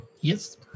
Yes